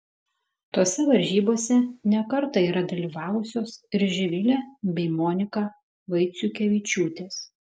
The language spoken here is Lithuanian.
tose varžybose ne kartą yra dalyvavusios ir živilė bei monika vaiciukevičiūtės